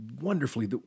wonderfully